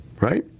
Right